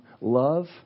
love